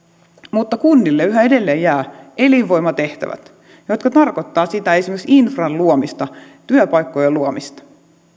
mutta kunnille yhä edelleen jäävät elinvoimatehtävät mikä tarkoittaa esimerkiksi infran luomista työpaikkojen luomista